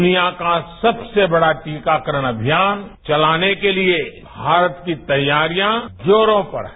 दुनिया का सबसे बड़ा टीकाकरण अभियान चलाने के लिए भारत की तैयारियां जोरों पर हैं